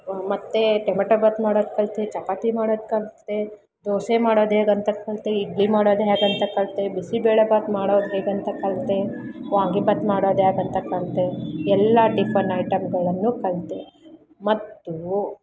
ಮತ್ತು ಟೊಮೆಟೋ ಭಾತ್ ಮಾಡೋದು ಕಲಿತೆ ಚಪಾತಿ ಮಾಡೋದು ಕಲಿತೆ ದೋಸೆ ಮಾಡೋದೇಗಂತ ಕಲಿತೆ ಇಡ್ಲಿ ಮಾಡೋದು ಹೇಗಂತ ಕಲಿತೆ ಬಿಸಿಬೇಳೆ ಭಾತ್ ಮಾಡೋದು ಹೇಗಂತ ಕಲಿತೆ ವಾಂಗಿಭಾತ್ ಮಾಡೋದು ಹ್ಯಾಗಂತ ಕಲಿತೆ ಎಲ್ಲಾ ಟಿಫನ್ ಐಟಮ್ಗಳನ್ನೂ ಕಲಿತೆ ಮತ್ತು